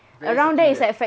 very circular